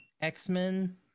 x-men